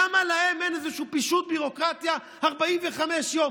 למה להם אין איזשהו פישוט ביורוקרטיה 45 יום?